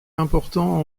important